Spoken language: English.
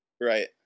Right